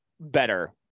better